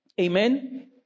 Amen